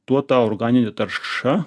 tuo ta organinė tarša